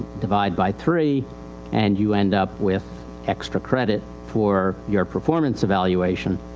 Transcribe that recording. divide by three and you end up with extra credit for your performance evaluation.